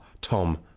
Tom